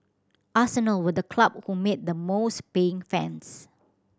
arsenal were the club who made the most paying fans